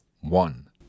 one